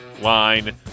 Line